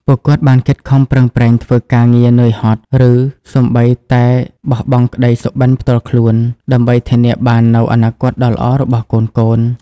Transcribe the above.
ពួកគាត់បានខិតខំប្រឹងប្រែងធ្វើការងារនឿយហត់ ឬសូម្បីតែបោះបង់ក្ដីសុបិនផ្ទាល់ខ្លួន ដើម្បីធានាបាននូវអនាគតដ៏ល្អរបស់កូនៗ។